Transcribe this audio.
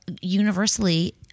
universally